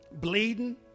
Bleeding